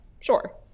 sure